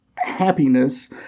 happiness